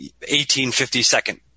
1852